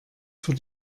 für